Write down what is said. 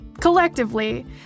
collectively